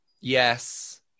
Yes